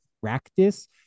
practice